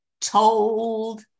told